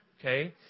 okay